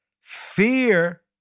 fear